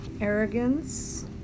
Arrogance